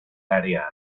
área